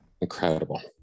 Incredible